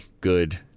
good